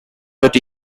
that